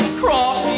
cross